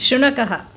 शुनकः